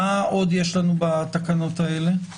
מה עוד יש לנו בתקנות האלה?